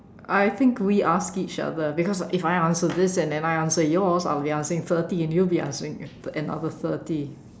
I think we ask each other because if I answer this and I answer yours I'll be answering thirty and you'll be answering another thirty